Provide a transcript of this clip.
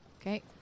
Okay